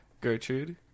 Gertrude